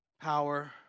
power